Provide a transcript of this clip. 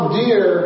dear